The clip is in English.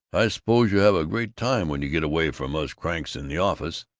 i suppose you have a great time when you get away from us cranks in the office.